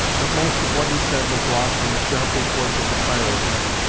but most of what he said was lost in the sharp reports of the firearms.